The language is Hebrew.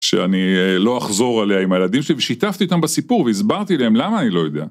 שאני לא אחזור עליה עם הילדים שלי, ושיתפתי איתם בסיפור והסברתי להם למה אני לא יודע.